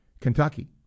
Kentucky